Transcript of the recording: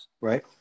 Right